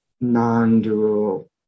non-dual